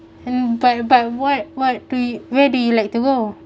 and but but what what three where do you like to go